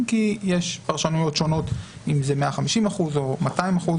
אם כי יש פרשנויות שונות אם זה 150% או 200%,